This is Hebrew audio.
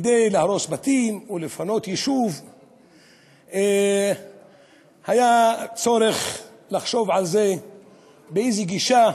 כדי להרוס בתים ולפנות יישוב היה צורך לחשוב באיזו גישה,